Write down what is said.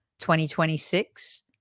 2026